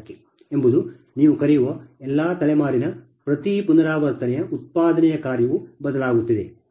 fK ಎಂಬುದು ನೀವು ಕರೆಯುವ ಎಲ್ಲಾ ತಲೆಮಾರಿನ ಪ್ರತಿ ಪುನರಾವರ್ತನೆಯ ಉತ್ಪಾದನೆಯ ಕಾರ್ಯವು ಬದಲಾಗುತ್ತಿದೆ